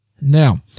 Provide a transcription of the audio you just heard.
Now